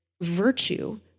virtue